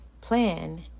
Plan